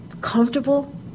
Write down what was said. comfortable